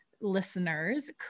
listeners